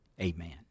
amen